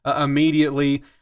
immediately